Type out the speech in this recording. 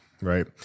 right